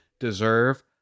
deserve